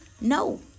No